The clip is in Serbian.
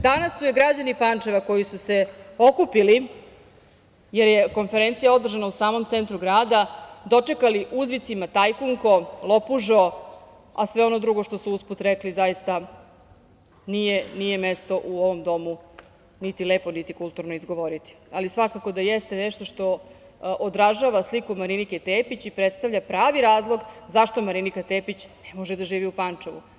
Danas su je građani Pančeva koji su se okupili, jer je konferencija održana u samom centru grada dočekali uzvicima – tajkunko, lopužo, a sve ono drugo što su usput rekli, zaista nije mesto u ovom domu, niti lepo, niti kulturno izgovoriti, ali svakako da jeste nešto što odražava sliku Marinike Tepić i predstavlja pravi razlog zašto Marinika Tepić ne može da živi u Pančevu.